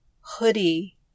hoodie